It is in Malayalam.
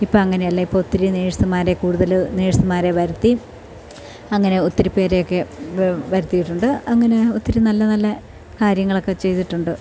ഇപ്പം അങ്ങനെയല്ല ഇപ്പോൾ ഒത്തിരി നേഴ്സുമാർ കൂടുതൽ നേഴ്സുമാരെ വരുത്തി അങ്ങനെ ഒത്തിരിപേരെയൊക്കെ വരുത്തിയിട്ടുണ്ട് അങ്ങനെ ഒത്തിരി നല്ല നല്ല കാര്യങ്ങളൊക്കെ ചെയ്തിട്ടുണ്ട്